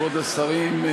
כבוד השרים,